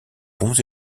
ponts